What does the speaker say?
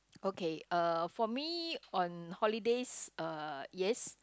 okay uh for me on holidays uh yes